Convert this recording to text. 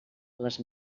les